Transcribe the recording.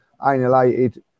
annihilated